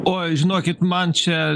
oi žinokit man čia